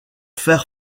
fer